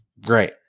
Great